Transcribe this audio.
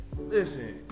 Listen